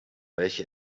welche